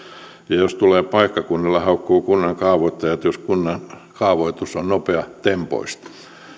ja jos tulee paikkakunnalle haukkuu kunnan kaavoittajat jos kunnan kaavoitus on nopeatempoista